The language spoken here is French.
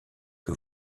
que